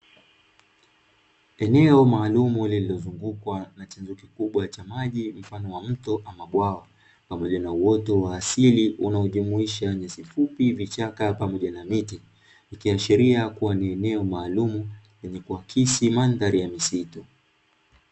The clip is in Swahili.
Eneo maalumu lililozungukwa na chanjo kikubwa cha maji mfano wa mto ama bwawa, pamoja na uoto wa asili unaojumuisha nyasi fupi vichaka pamoja na miti, ikiashiria kuwa ni eneo maalumu lenye kuakisi mandhari ya misitu.